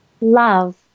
love